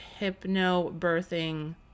Hypnobirthing